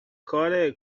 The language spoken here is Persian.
کاره